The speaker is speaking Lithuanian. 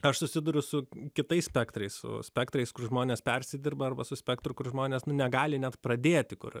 aš susiduriu su kitais spektrai su spektrais kur žmonės persidirba arba su spektru kur žmonės negali net pradėti kur